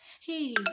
hey